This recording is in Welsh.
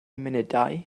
munudau